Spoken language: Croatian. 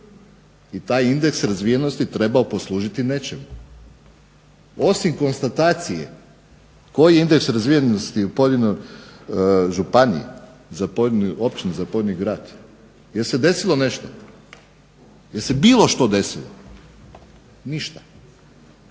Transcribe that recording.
i taj je indeks razvijenosti trebao poslužiti nečemu. Osim konstatacije koji je indeks razvijenosti u pojedinoj županiji, za pojedinu općinu, za pojedini grad, jel se desilo nešto, jel se bilo što desilo, ništa.